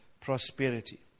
prosperity